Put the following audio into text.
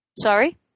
Sorry